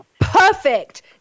Perfect